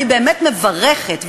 אני באמת מברכת,